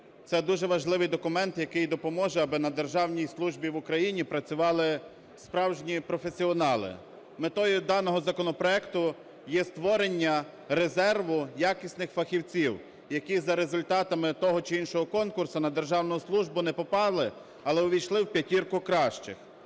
Це дуже важливий документ, який допоможе, аби на державній службі в Україні працювали справжні професіонали. Метою даного законопроекту є створення резерву якісних фахівців, які за результатами того чи іншого конкурсу на державну службу не попали, але увійшли у п'ятірку кращих.